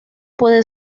puede